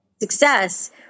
success